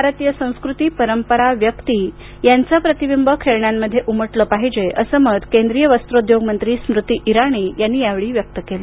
भारतीय संस्कृती परंपरा व्यक्ति यांचं प्रतिबिंब खेळण्यांमध्ये उमटलं पाहिजे असं मत केंद्रीय वस्त्रोद्योग मंत्री स्मृती इराणी यांनी या वेळी व्यक्त केलं